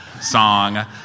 song